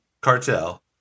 Cartel